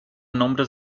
nombres